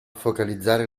focalizzare